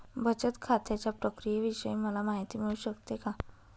बचत खात्याच्या प्रक्रियेविषयी मला माहिती मिळू शकते का?